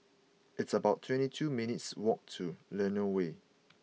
it's about twenty two minutes' walk to Lentor Way